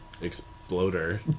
exploder